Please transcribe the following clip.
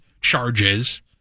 charges